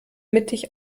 mittig